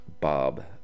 Bob